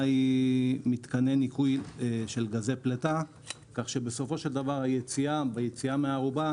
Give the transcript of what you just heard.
היא מתקני ניקוי של גזי פליטה כך שבסופו של דבר היציאה מהארובה